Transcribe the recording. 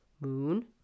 moon